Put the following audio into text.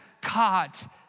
caught